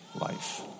life